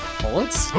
bullets